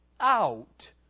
out